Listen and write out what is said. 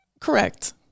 Correct